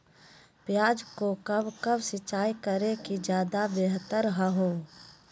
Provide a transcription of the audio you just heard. प्याज को कब कब सिंचाई करे कि ज्यादा व्यहतर हहो?